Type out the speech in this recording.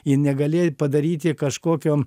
ji negalėjo padaryti kažkokio